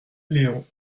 léon